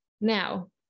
Now